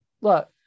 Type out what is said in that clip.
look